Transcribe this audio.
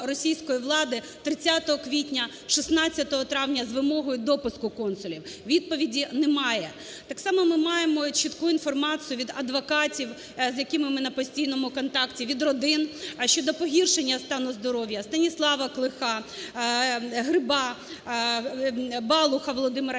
російської влади 30 квітня, 16 травня з вимогою допуску консулів, відповіді немає. Так само ми маємо чітку інформацію від адвокатів, з якими ми на постійному контакті, від родин щодо погіршення стану здоров'я Станіслава Клиха, Гриба, Балуха Володимира, який